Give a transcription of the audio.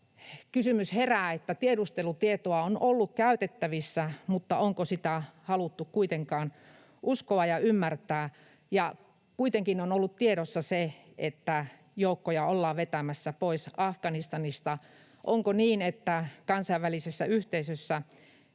kysymys herää, että tiedustelutietoa on ollut käytettävissä mutta onko sitä haluttu kuitenkaan uskoa ja ymmärtää, ja kuitenkin on ollut tiedossa, että joukkoja ollaan vetämässä pois Afganistanista. Onko niin, että kansainvälisessä yhteisössä